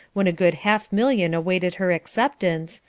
when a good half million awaited her acceptance,